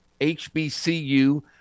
HBCU